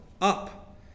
up